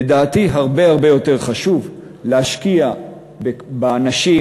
לדעתי הרבה-הרבה יותר חשוב להשקיע באנשים,